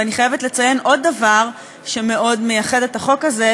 ואני חייבת לציין עוד דבר שמאוד מייחד את החוק הזה,